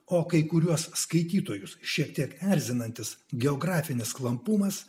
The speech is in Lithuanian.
o kai kuriuos skaitytojus šiek tiek erzinantis geografinis klampumas